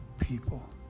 people